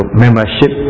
membership